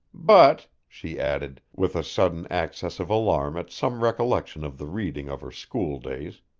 but, she added, with a sudden access of alarm at some recollection of the reading of her school-days,